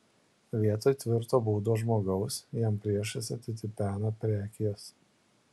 vietoj tvirto būdo žmogaus jam priešais atitipena prekijas